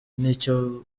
n’icyo